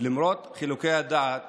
למרות חילוקי הדעות